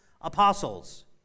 apostles